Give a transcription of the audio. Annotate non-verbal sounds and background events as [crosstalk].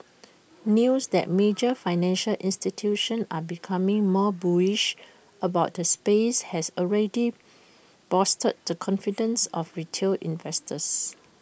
[noise] news that major financial institutions are becoming more bullish about the space has already bolstered the confidence of retail investors